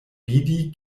vidi